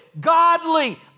godly